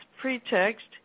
pretext